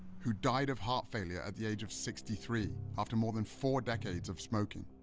who died of heart failure at the age of sixty three after more than four decades of smoking.